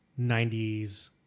90s